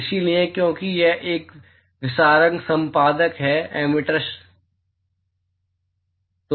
इसलिए क्योंकि यह एक विसारक संपादक है एमिटर क्षमा करें